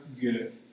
good